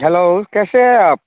hello कैसे हैं आप